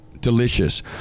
Delicious